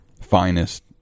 finest